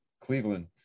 Cleveland